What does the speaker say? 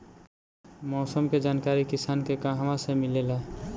मौसम के जानकारी किसान के कहवा से मिलेला?